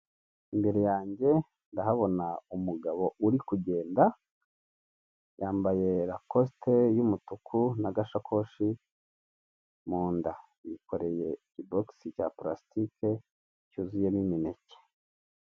Imbere yange ndahabona umugabo uri kugenda, yambaye lakosite y'umutuku n'agashakoshi mu nda. Yikoreye ikibokisi cya palasitike, cyuzuyemo imineke.